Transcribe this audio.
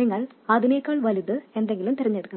നിങ്ങൾ അതിനേക്കാൾ വലുത് എന്തെങ്കിലും തിരഞ്ഞെടുക്കണം